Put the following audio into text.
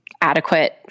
adequate